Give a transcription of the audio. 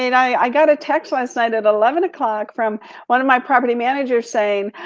i got a text last night at eleven o'clock from one of my property managers saying,